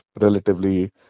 relatively